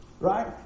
Right